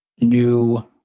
new